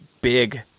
big